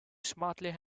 smartly